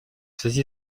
связи